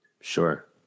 Sure